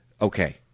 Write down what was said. Okay